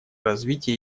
развития